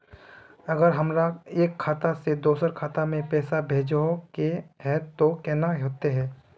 अगर हमरा एक खाता से दोसर खाता में पैसा भेजोहो के है तो केना होते है?